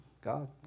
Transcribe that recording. God